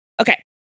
Okay